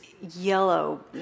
yellow